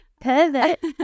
Perfect